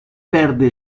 perde